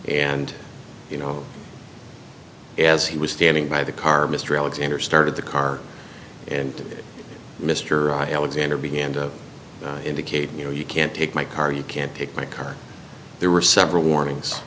and you know as he was standing by the car mr alexander started the car and mr i alexander began to indicate you know you can't take my car you can't take my car there were several warnings